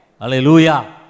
Hallelujah